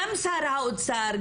גם שר האוצר,